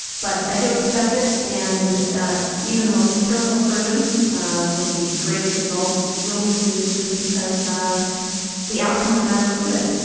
but i do expect it and even the most careful surgeon with the greatest results will be sued just because ah the outcomes are not always good.